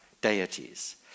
deities